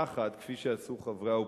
לקחת, כפי שעשו חברי האופוזיציה,